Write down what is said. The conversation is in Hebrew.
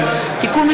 אני